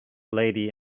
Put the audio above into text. lady